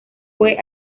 fue